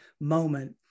moment